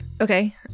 Okay